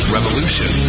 Revolution